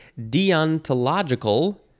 Deontological